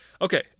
Okay